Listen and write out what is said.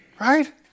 Right